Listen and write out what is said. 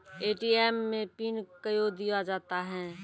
ATM मे PIN कयो दिया जाता हैं?